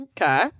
Okay